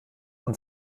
und